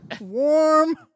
Warm